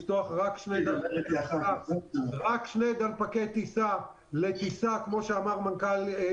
או לפתוח רק שני דלפקי טיסה לטיסה לאילת.